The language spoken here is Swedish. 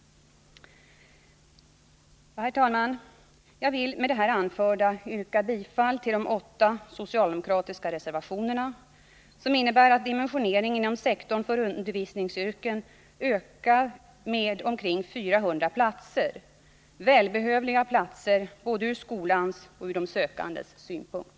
Herr talman! Jag vill med det anförda yrka bifall till de åtta socialdemokratiska reservationerna, som innebär att dimensioneringen inom sektorn för undervisningsyrken ökar med omkring 400 platser, välbehövliga platser både ur skolans och ur de sökandes synpunkt.